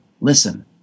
listen